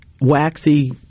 waxy